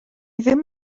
ddim